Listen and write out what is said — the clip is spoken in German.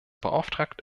beauftragt